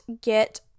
get